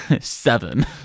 Seven